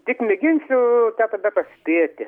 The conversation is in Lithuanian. tik mėginsiu tą tada paspėti